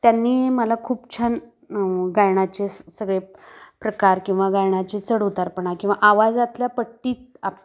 त्यांनी मला खूप छान गायनाचे सगळे प्रकार किंवा गायनाची चढउतारपणा किंवा आवाजातल्या पट्टीत आप